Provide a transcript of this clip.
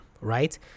right